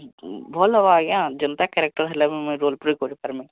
ଭଲ ହେବ ଆଜ୍ଞା ଯେମିତି କ୍ୟାରେକ୍ଟର ହେଲେ ବି ମୁଁ ରୋଲ୍ ପ୍ଲେ କରିପାରିବି